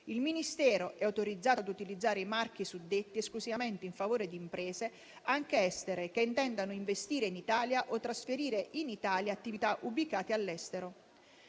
Il Ministero è autorizzato ad utilizzare i marchi suddetti esclusivamente in favore di imprese, anche estere, che intendano investire in Italia o trasferire in Italia attività ubicate all'estero.